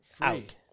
out